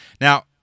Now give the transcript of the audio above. Now